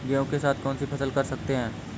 गेहूँ के साथ कौनसी फसल कर सकते हैं?